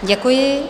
Děkuji.